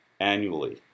annually